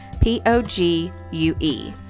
P-O-G-U-E